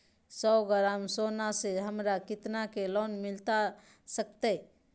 सौ ग्राम सोना से हमरा कितना के लोन मिलता सकतैय?